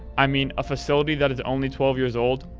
i mean, a facility that is only twelve years old,